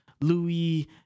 Louis